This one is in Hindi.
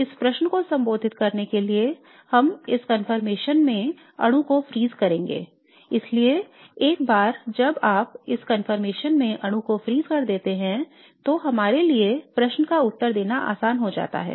इस प्रश्न को संबोधित करने के लिए हम इस रचना में अणु को फ्रीज करेंगे इसलिए एक बार जब आप इस रचना में अणु को फ्रीज कर देते हैं तो हमारे लिए प्रश्न का उत्तर देना आसान हो जाता है